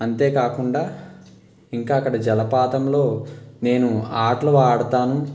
అంతే కాకుండా ఇంకా అక్కడ జలపాతంలో నేను ఆటలు ఆడుతాను